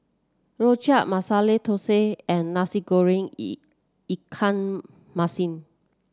Rojak Masala Thosai and Nasi Goreng Ikan Masin